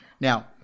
now